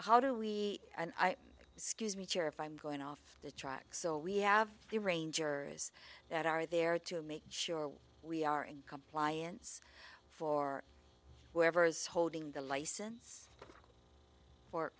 how do we scuse me chair if i'm going off the truck so we have the rangers that are there to make sure we are in compliance for whoever is holding the license for